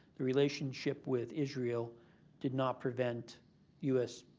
the relationship with israel did not prevent u s.